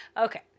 Okay